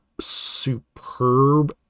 superb